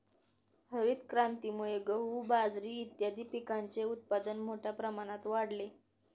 हरितक्रांतीमुळे गहू, बाजरी इत्यादीं पिकांचे उत्पादन मोठ्या प्रमाणात वाढले